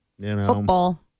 Football